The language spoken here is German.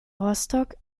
rostock